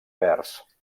verds